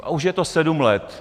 A už je to sedm let.